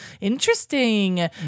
interesting